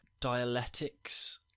dialectics